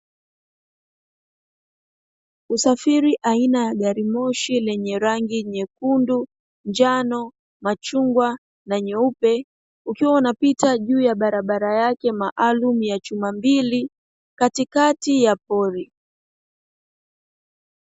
Usafiri aina ya gari moshi lenye rangi nyekundu, njano, machungwa na nyeupe, ukiwa unapita juu ya barabara yake maalumu ya chuma mbili, katikati ya pori.